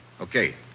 Okay